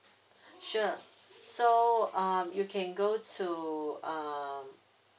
sure so um you can go to um